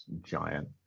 giant